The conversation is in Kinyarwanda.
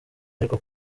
ariko